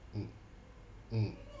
mm mm